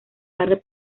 tarde